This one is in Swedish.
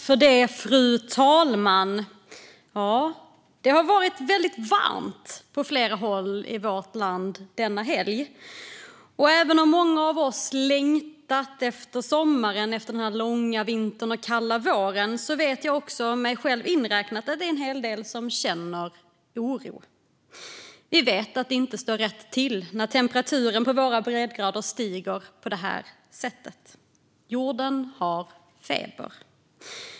Fru talman! Det har varit väldigt varmt på flera håll i vårt land denna helg. Även om många av oss längtat efter sommaren efter den långa vintern och kalla våren vet jag också att det är en hel del, mig själv inräknad, som känner oro. Vi vet att det inte står rätt till när temperaturerna på våra breddgrader stiger på det här sättet. Jorden har feber.